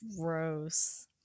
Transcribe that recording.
Gross